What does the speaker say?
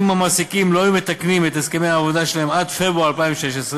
אם המעסיקים לא היו מתקנים את הסכמי העבודה שלהם עד פברואר 2016,